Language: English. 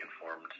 informed